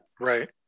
right